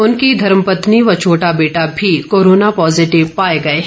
उनकी धर्मपत्नी व छोटा बेटा भी कोरोना पॉजिटिव पाए गए हैं